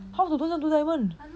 how to do diamond